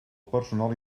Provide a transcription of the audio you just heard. personal